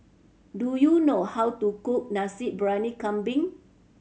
do you know how to cook Nasi Briyani Kambing